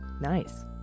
Nice